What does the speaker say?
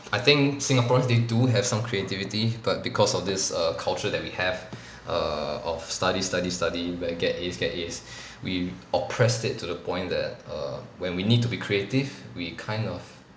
I think singaporeans they do have some creativity but because of this err culture that we have err of study study study where get A's get A's we oppressed it to the point that err when we need to be creative we kind of